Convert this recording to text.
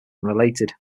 unrelated